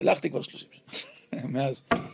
הלכתי כבר שלושים שנה, מאז.